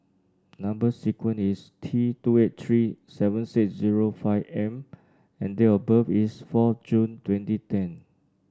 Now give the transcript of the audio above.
number sequence is T two eight three seven six zero five M and date of birth is four June twenty ten